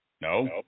No